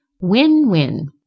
Win-win